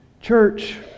church